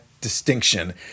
distinction